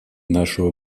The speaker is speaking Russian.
нашего